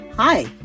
Hi